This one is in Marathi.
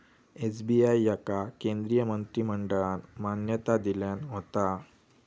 एस.बी.आय याका केंद्रीय मंत्रिमंडळान मान्यता दिल्यान होता